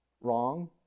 Wrong